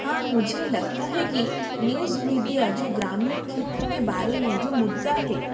हाँ मुझे लगता है कि न्यूज़ मीडिया जो ग्रामीण क्षेत्र के बारे में जो मुद्दा है